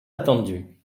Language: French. attendu